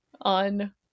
on